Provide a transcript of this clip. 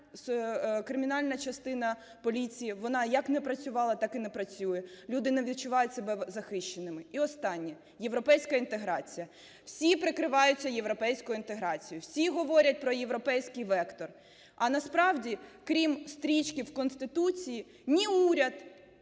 кримінальна частина поліції, вона як не працювала, так і не працює, люди не відчувають себе захищеними. І останнє. Європейська інтеграція. Всі прикриваються європейською інтеграцією. Всі говорять про європейський вектор. А насправді, крім стрічки в Конституції, ні уряд, ні